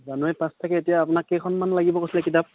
জানুৱাৰী পাঁচ তাৰিখে এতিয়া আপোনাক কেইখনমান লাগিব কৈছিল কিতাপ